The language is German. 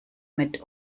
mit